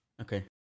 Okay